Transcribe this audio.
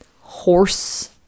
horse